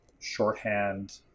shorthand